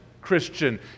Christian